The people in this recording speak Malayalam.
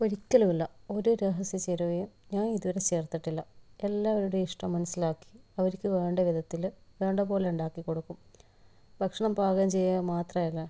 ഒരിക്കലുമില്ല ഒരു രഹസ്യ ചേരുവയും ഞാൻ ഇതുവരെ ചേർത്തിട്ടില്ല എല്ലാവരുടെയും ഇഷ്ടം മനസ്സിലാക്കി അവർക്കു വേണ്ട വിധത്തിൽ വേണ്ടതു പോലെ ഉണ്ടാക്കി കൊടുക്കും ഭക്ഷണം പാകം ചെയ്യാൻ മാത്രമല്ല